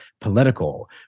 political